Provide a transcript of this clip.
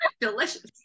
Delicious